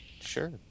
Sure